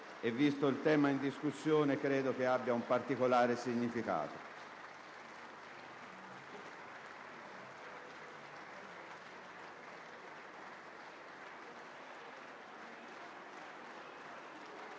Visto il tema in discussione, credo che ciò abbia un particolare significato.